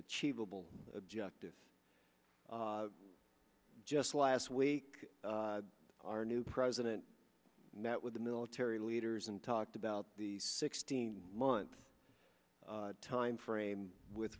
achievable objective just last week our new president met with the military leaders and talked about the sixteen month timeframe with